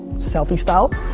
selfie-style.